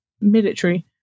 military